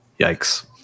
Yikes